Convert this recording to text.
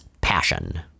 passion